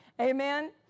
Amen